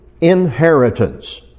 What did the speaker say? inheritance